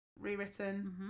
Rewritten